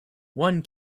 one